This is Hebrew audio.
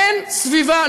אין סביבה,